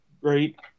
great